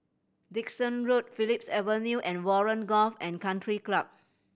Dyson Road Phillips Avenue and Warren Golf and Country Club